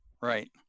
right